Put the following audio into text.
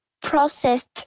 Processed